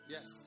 Yes